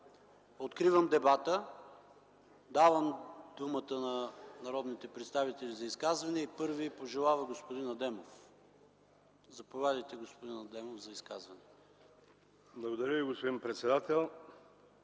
Откривам дебата. Давам думата на народните представители за изказвания. Първи е господин Адемов. Заповядайте, господин Адемов. ХАСАН АДЕМОВ (ДПС): Благодаря Ви, господин председател.